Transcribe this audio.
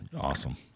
awesome